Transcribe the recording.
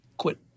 quit